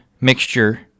mixture